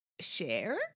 share